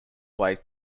blake